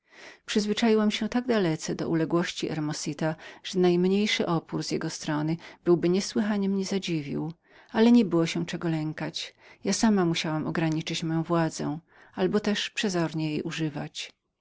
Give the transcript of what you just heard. przyzwyczaiłam się tak dalece do uległości hermosita że najmniejszy opór z jego strony byłby niesłychanie mnie zadziwił ale nie było się czego lękać ja sama musiałam ograniczyć moją władzę albo też przezornie jej używać